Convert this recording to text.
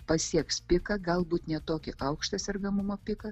pasieks piką galbūt ne tokį aukštą sergamumo piką